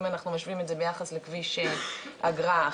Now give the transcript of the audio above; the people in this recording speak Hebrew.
מוסרים לא את הדואר הרגיל ולא את הדואר הרשום,